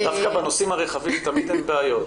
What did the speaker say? דווקא בנושאים הרחבים תמיד אין בעיות.